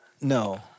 No